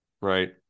right